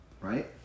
right